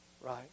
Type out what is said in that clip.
right